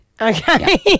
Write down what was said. Okay